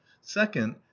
second